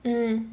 mm